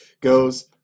goes